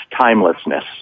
timelessness